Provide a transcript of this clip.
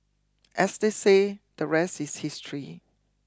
as they say the rest is history